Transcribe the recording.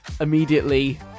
immediately